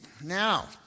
now